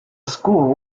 school